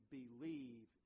believe